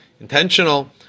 intentional